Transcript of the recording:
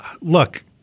look –